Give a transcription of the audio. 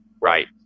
Right